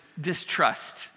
distrust